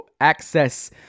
access